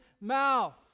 mouth